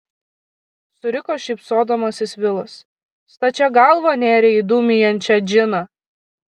suriko šypsodamasis vilas stačia galva nėrei į dūmijančią džiną